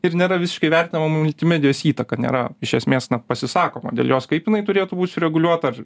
ir nėra visiškai vertinama multimedijos įtaka nėra iš esmės na pasisakoma dėl jos kaip jinai turėtų būt sureguliuota ar